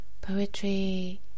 poetry